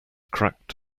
cracked